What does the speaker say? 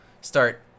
start